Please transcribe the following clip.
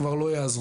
כבר לא יעזרו.